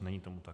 Není tomu tak.